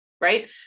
right